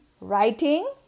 writing